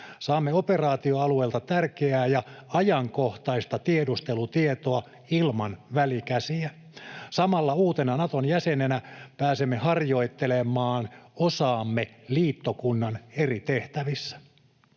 Saamme operaatioalueelta tärkeää ja ajankohtaista tiedustelutietoa ilman välikäsiä. Samalla uutena Naton jäsenenä pääsemme harjoittelemaan osaamme liittokunnan eri tehtävissä.